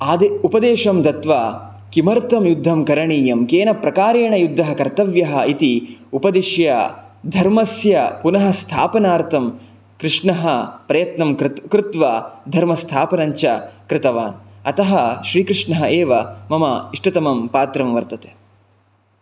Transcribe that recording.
आदि उपदेशं दत्वा किमर्थं युद्धं करणीयं केन प्रकारेण युद्धः कर्तव्यः इति उपदिश्य धर्मस्य पुनः स्थापनार्थं कृष्णः प्रयत्नं कृत्वा धर्मस्थापनञ्च कृतवान् अतः श्रीकृष्णः एव मम इष्टतमं पात्रं वर्तते